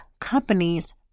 companies